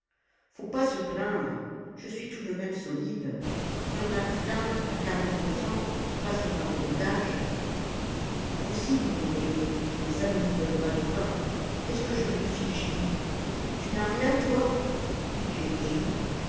faut pas se plaindre je suis tout de même solide il y en a plus d'un à quarante-deux ans qui passe au raccommodage possible mon vieux mais ça ne nous donne pas du pain qu'est-ce que je vais fiche dis tu n'as rien toi j'ai